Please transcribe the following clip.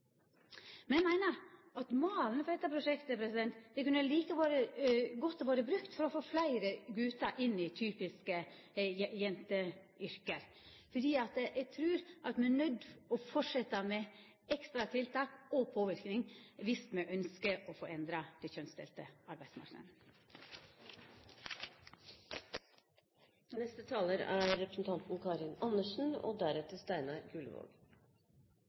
meiner at malen for dette prosjektet like godt kunne ha vore brukt for å få fleire gutar inn i typiske jenteyrke. Eg trur at me er nøydde til å halda fram med ekstratiltak og påverknad om me ønskjer å få endra den kjønnsdelte arbeidsmarknaden. Tidlig i forrige uke hadde vi en rundebordskonferanse her på Stortinget om vold i nære relasjoner. Det er